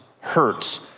hurts